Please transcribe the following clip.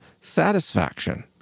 satisfaction